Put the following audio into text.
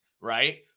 right